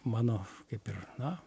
mano kaip ir na